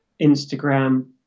Instagram